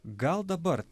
gal dabar